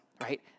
right